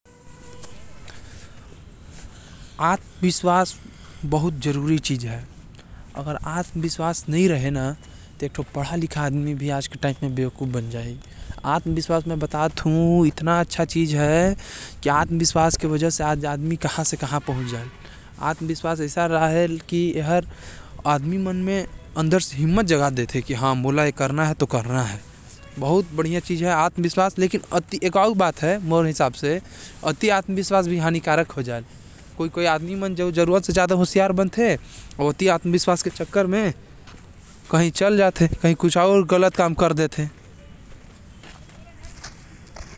आत्मविश्वास बहुत जरूरी चीज होथे, जो लोग मन कहा से कहा पहुचा देथे, जो लोग मन के हिम्मत देथे। लेकिन आत्मविश्वास जरूरत से ज्यादा भी हानिकारक होथे जेकर म इंसान अपन नुकसान करा लेथे।